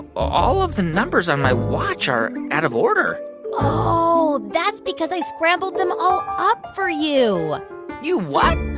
all of the numbers on my watch are out of order oh, that's because i scrambled them all up for you you what?